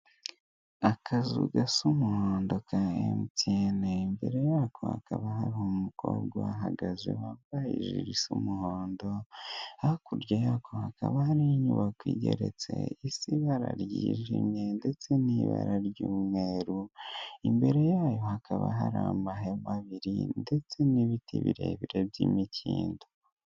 Akazu gasa umuhondo ka Emutiyeye, imbere yako hakaba hari umukobwa uhahagaze wambaye jire isa umuhondo, hakurya yako hakaba hari inyubako igeretse isi ibara ryijimye, ndetse n'ibara ry'umweru, imbere yayo hakaba hari amahema abiri, ndetse n'ibiti birebire by'imikindo.